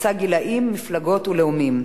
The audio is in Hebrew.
חוצה גילאים, מפלגות ולאומים.